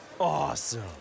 Awesome